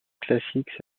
classiques